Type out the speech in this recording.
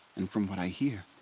and from what i hear.